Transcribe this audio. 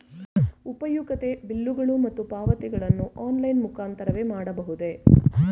ಉಪಯುಕ್ತತೆ ಬಿಲ್ಲುಗಳು ಮತ್ತು ಪಾವತಿಗಳನ್ನು ಆನ್ಲೈನ್ ಮುಖಾಂತರವೇ ಮಾಡಬಹುದೇ?